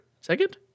Second